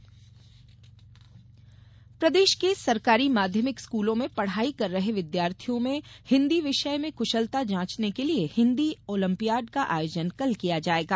Hindi olympiad प्रदेश के सरकारी माध्यमिक स्कूलों में पढ़ाई कर रहे विद्यार्थियों में हिन्दी विषय में कुशलता जाँचने के लिये हिन्दी ऑलंपियाड का आयोजन कल किया जायेगा